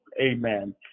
Amen